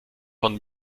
von